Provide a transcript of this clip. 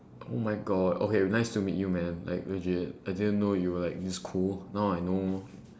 oh my god okay nice to meet you man like legit I didn't know you're like this cool now I know